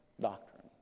doctrine